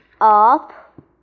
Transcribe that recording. up